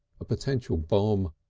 a potential bomb.